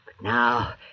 now